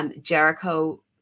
Jericho